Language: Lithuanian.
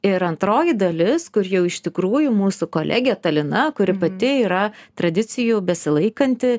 ir antroji dalis kur jau iš tikrųjų mūsų kolegė talina kuri pati yra tradicijų besilaikanti